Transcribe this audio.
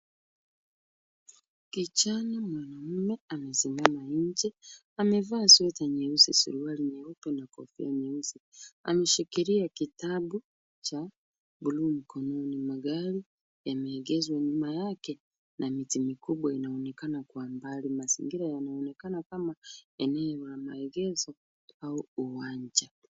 Kijana mwanamume amesimama nje. Amevaa sweta nyeusi, suruali nyeupe na kofia nyeusi. Ameshikilia kitabu cha buluu mkononi. Magari yameegezwa nyuma yake na miti mikubwa inaonekana kwa mbali. Mazingira yanaonekana kama eneo la maegezo au uwanja.